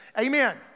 Amen